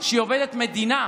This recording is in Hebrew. שהיא עובדת מדינה,